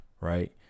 right